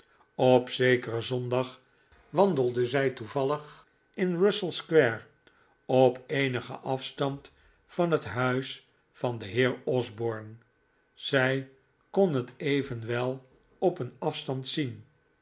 op zekeren zondag wandelde zij toevallig in russell square op eenigen afstand van het huis van den heer osborne zij kon het evenwel op een afstand zien